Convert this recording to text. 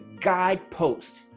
guidepost